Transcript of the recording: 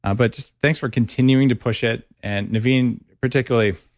ah but just thanks for continuing to push it and naveen particularly,